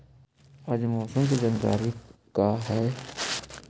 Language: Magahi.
आज मौसम के जानकारी का हई?